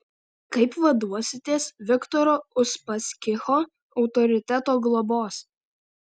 kaip vaduositės viktoro uspaskicho autoriteto globos